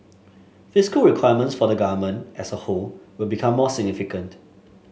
fiscal requirements for the Government as a whole will become more significant